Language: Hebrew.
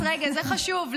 רגע, זה חשוב.